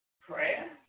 prayer